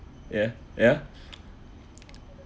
yeah ya